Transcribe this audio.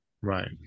right